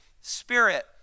Spirit